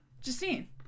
Justine